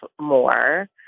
more